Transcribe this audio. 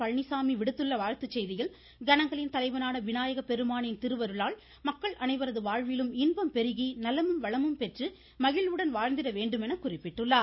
பழனிச்சாமி விடுத்துள்ள வாழ்த்துச் செய்தியில் கணங்களின் தலைவனான விநாயகப் பெருமானின் திருவருளால் மக்கள் அனைவரது வாழ்விலும் இன்பம் பெருகி நலமும் வளமும் பெற்று மகிழ்வுடன் வாழ்ந்திட வேண்டுமென குறிப்பிட்டுள்ளார்